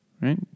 right